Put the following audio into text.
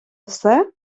все